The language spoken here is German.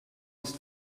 ist